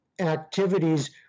activities